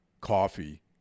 coffee